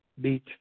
Beach